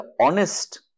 honest